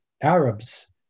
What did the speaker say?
Arabs